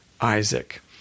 Isaac